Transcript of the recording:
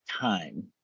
time